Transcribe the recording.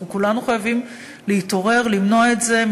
אנחנו כולנו חייבים להתעורר למנוע את זה.